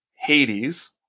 Hades